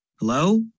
Hello